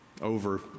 over